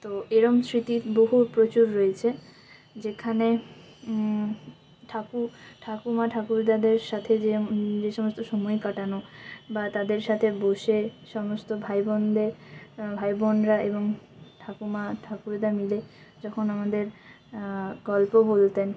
তো এরকম স্মৃতির বহু প্রচুর রয়েছে যেখানে ঠাকুমা ঠাকুরদাদের সাথে যে যে সমস্ত সময় কাটানো বা তাদের সাথে বসে সমস্ত ভাই বোনদের ভাই বোনরা এবং ঠাকুমা ঠাকুরদা মিলে যখন আমাদের গল্প বলতেন